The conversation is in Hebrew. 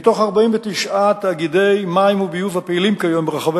מתוך 49 תאגידי מים וביוב הפעילים כיום ברחבי